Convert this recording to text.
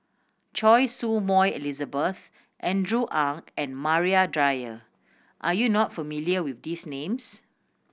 Choy Su Moi Elizabeth Andrew Ang and Maria Dyer are you not familiar with these names